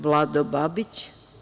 Vlado Babić.